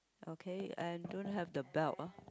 okay I don't have the belt ah